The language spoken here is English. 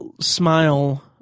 smile